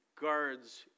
guards